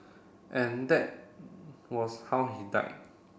and that was how he died